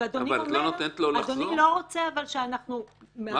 אבל אדוני אומר --- את לא נותנת לו לחזור --- אדוני